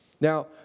Now